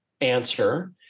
answer